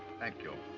thank you.